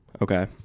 Okay